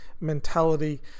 mentality